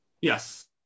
yes